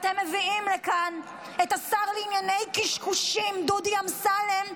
אתם מביאים לכאן את השר לענייני קשקושים דודי אמסלם,